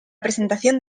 presentación